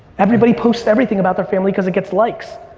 everybody posts everything about their family cause it gets likes.